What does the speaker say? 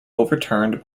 overturned